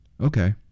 Okay